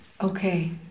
Okay